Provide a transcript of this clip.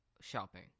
shopping